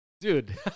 Dude